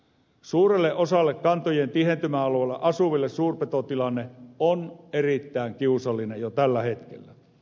suurelle osalle kantojen tihentymäalueilla asuville suurpetotilanne on erittäin kiusallinen jo tällä hetkellä